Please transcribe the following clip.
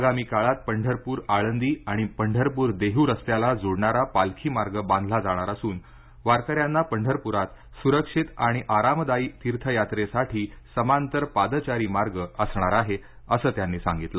आगामी काळात पंढरपूर आळंदी आणि पंढरपूर देहू रस्त्याला जोडणारा पालखी मार्ग बांधला जाणार असून वारकऱ्यांना पंढरपुरात सुरक्षित आणि आरामदायी तीर्थयात्रेसाठी समांतर पादचारी मार्ग असणार आहे असं त्यांनी सांगितलं